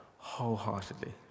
Wholeheartedly